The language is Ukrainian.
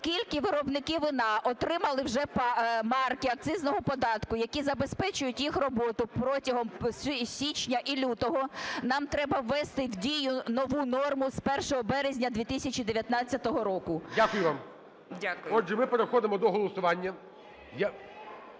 Оскільки виробники вина отримали вже марки акцизного податку, які забезпечують їх роботу протягом січня і лютого, нам треба ввести в дію нову норму: з 1 березня 2019 року. Дякую. ГОЛОВУЮЧИЙ. Дякую вам. Отже, ми переходимо до голосування.